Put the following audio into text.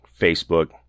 Facebook